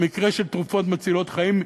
במקרה של תרופות מצילות חיים,